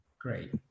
Great